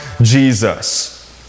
Jesus